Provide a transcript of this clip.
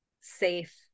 safe